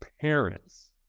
parents